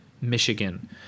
Michigan